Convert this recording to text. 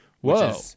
Whoa